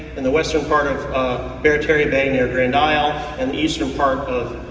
and the western part of berry terre bay near grand isle, and eastern part of